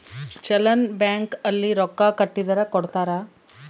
challan bank ಅಲ್ಲಿ ರೊಕ್ಕ ಕಟ್ಟಿದರ ಕೋಡ್ತಾರ